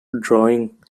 drawing